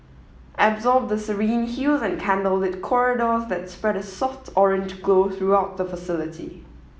absorb the serene hues and candlelit corridors that spread a soft orange glow throughout the facility